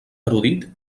erudit